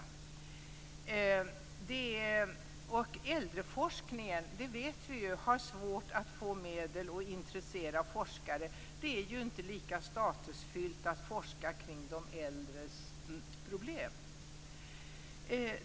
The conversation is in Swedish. Vi vet att äldreforskningen har svårt att få medel och att intressera forskare. Det är ju inte lika statusfyllt att forska kring de äldres problem.